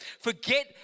Forget